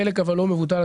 אבל חלק לא מבוטל ממנו,